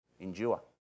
Endure